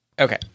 Okay